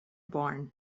born